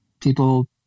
people